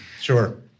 Sure